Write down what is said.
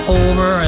over